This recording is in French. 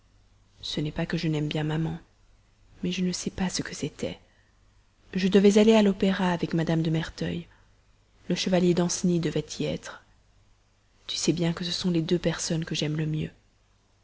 ce n'est pas que je n'aime bien maman mais je ne sais pas ce que c'était je devais aller à l'opéra avec madame de merteuil le chevalier danceny devait y être tu sais bien que ce sont les deux personnes que j'aime le mieux